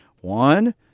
One